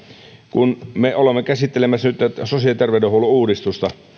kun me olemme käsittelemässä nyt sosiaali ja terveydenhuollon uudistusta